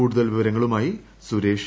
കൂടുതൽ വിവരങ്ങളുമായി സുരേഷ്